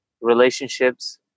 relationships